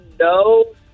No